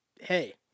hey